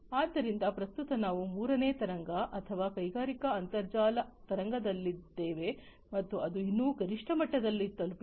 ಆದ್ದರಿಂದ ಪ್ರಸ್ತುತ ನಾವು ಮೂರನೇ ತರಂಗ ಅಥವಾ ಕೈಗಾರಿಕಾ ಅಂತರ್ಜಾಲ ತರಂಗದಲ್ಲಿದ್ದೇವೆ ಮತ್ತು ಅದು ಇನ್ನೂ ಗರಿಷ್ಠ ಮಟ್ಟವನ್ನು ತಲುಪಿಲ್ಲ